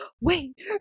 Wait